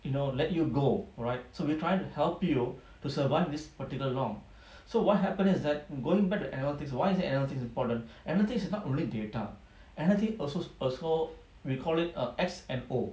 you know let you go right so we are trying to help you to survive this so what happened is that going back to analytics why is analytics important analytics is not only data analytics also we call it X_M_O